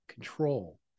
Control